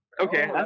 Okay